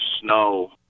Snow